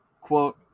Quote